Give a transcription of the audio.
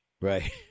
Right